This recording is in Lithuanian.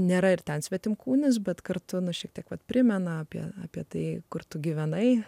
nėra ir ten svetimkūnis bet kartu šiek tiek vat primena apie apie tai kur tu gyvenai